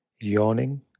yawning